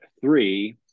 three